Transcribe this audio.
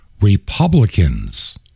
Republicans